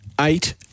eight